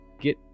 Get